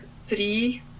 three